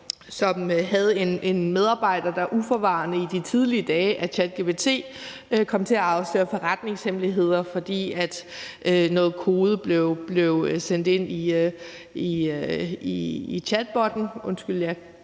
som havde en medarbejder, der uforvarende i de tidlige dage med ChatGPT kom til at afsløre forretningshemmeligheder, fordi noget kode blev sendt ind i chatbotten – undskyld, jeg